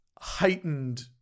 heightened